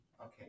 Okay